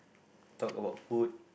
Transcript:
talk about food